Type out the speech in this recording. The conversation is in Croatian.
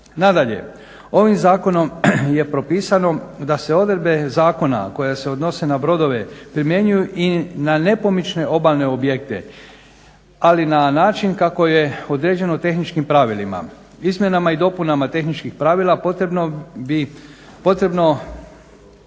Nadalje, ovim zakonom je propisano da se odredbe zakona koje se odnose na brodove primjenjuju i na nepomične obalne objekte, ali na način kako je određeno tehničkim pravilima. Izmjenama i dopunama tehničkih pravila potrebno bi bilo